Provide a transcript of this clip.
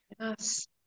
Yes